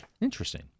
Interesting